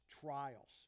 trials